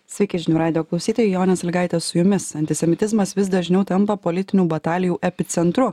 sveiki žinių radijo klausytojai jonė salygaitė su jumis antisemitizmas vis dažniau tampa politinių batalijų epicentru